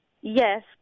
yes